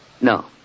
No